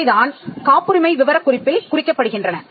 இவைதான் காப்புரிமை விவரக் குறிப்பில் குறிக்கப்படுகின்றன